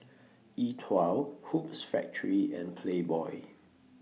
E TWOW Hoops Factory and Playboy